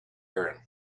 erin